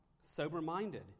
sober-minded